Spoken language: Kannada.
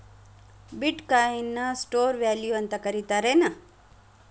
ಬಿಟ್ ಕಾಯಿನ್ ನ ಸ್ಟೋರ್ ವ್ಯಾಲ್ಯೂ ಅಂತ ಕರಿತಾರೆನ್